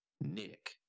Nick